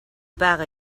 paga